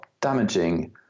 damaging